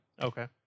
Okay